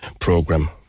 program